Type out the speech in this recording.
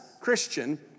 Christian